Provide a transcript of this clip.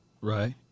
Right